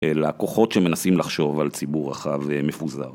אלא כוחות שמנסים לחשוב על ציבור רחב ומפוזר.